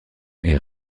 est